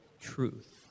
truth